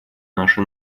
наши